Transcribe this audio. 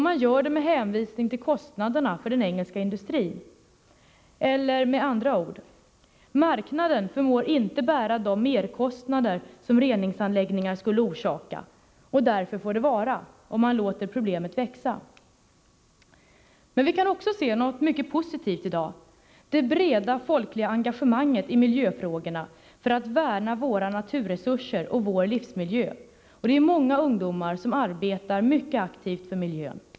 Man gör det med hänvisning till kostnaderna för engelsk industri. Eller med andra ord: Marknaden förmår inte bära de merkostnader som reningsanläggningar skulle orsaka. Därför får det vara. Och man låter problemet växa. Men vi kan också se något mycket positivt i dag: det breda folkliga engagemanget i miljöfrågorna för att värna våra naturresurser och vår livsmiljö. Många ungdomar arbetar mycket aktivt för miljön.